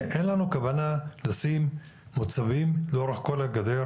אין לנו כוונה לשים מוצבים לאורך כל הגדר